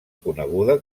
coneguda